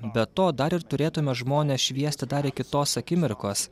be to dar ir turėtume žmones šviesti dar iki tos akimirkos